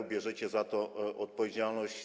Bierzecie za to odpowiedzialność.